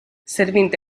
servint